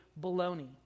Baloney